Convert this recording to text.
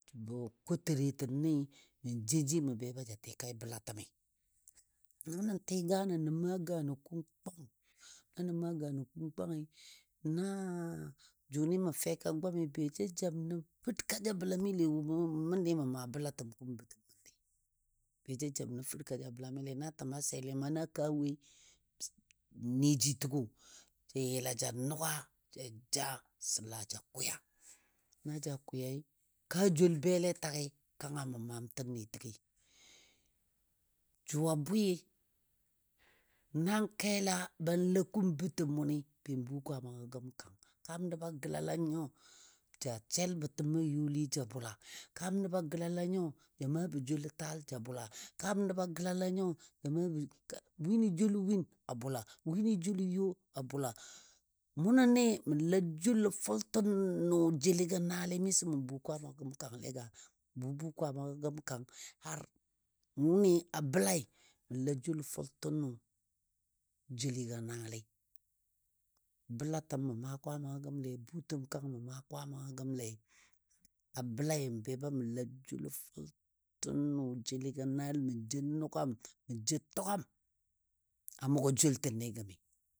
Jəbɔ kotaretinɨ mə jou ji mə be ba ja tikai bəlatəmi. Na nə tɨ ganɔ nən ganɔ kungkwang na nə maa ganɔ kungkwangɨ na jʊnɨ mə fɛka gwami be ja jam nən pər ka ja bəlamile wo məndi mə maa bəlatəm kum bətəm məndi, be ja jam nən pər kaja bəlamile na təma seli ma na kaa woi n niji təgo ja yəla ja nʊgwa ja jaa səla ja kwɛyai, kaa joul bele tagɨ kangə mə maam tənde təgai. Jʊ a bwɨ nan kela ban la kum bətəm mʊnɨ, ben bu Kwaamagɔ gəm kang, kam nəbo gəlala nyo ja selbɔ təm a youli ja bʊla. Kaam nəbɔ a gəlala nyo ja maabɔ joulo taal ja bʊla. Kaam nəba gəlala nyo ja maabo kai wini joulɔ win, a bʊla, wini joulɔ yo a bʊla, munɔ ni mou la joulɔ fʊltənʊ jeli naali miso mou bu Kwaama gəm kangle ka. Bu bu kwamaagɔ gəm kang har wʊni a bəlai mə la joulɔ fʊltənʊ jeligɔ naali. Bəlatəm mə maa kwaama gəmle butəm kang mə maa kwaama gəmle a bəlai mə be ba mə la joulɔ fʊltənʊ jeligɔ naal mə jou nugam mə jou tugam a mʊgɔ joultɨ ni gəmi.